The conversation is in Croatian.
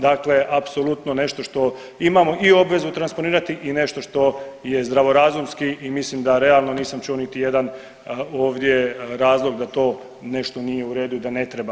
Dakle, apsolutno nešto što imamo i obvezu transponirati i nešto što je zdravo razumski i mislim da realno nisam čuo niti jedan ovdje razloga da to nešto nije u redu i da ne treba.